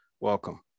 welcome